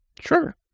Sure